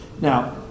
Now